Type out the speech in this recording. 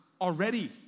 already